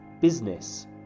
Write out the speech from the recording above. business